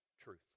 Truth